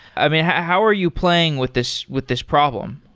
i mean, how are you playing with this with this problem?